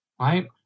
Right